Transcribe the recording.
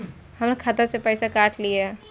हमर खाता से पैसा काट लिए?